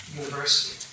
university